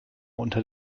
unter